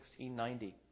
1690